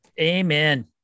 amen